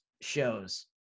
shows